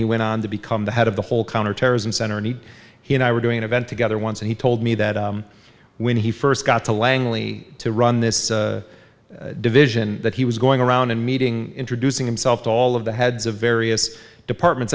he went on to become the head of the whole counterterrorism center any he and i were doing event together once and he told me that when he first got to langley to run this division that he was going around and meeting introducing himself to all of the heads of various departments